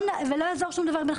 לא יעזור שום דבר,